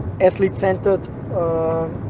athlete-centered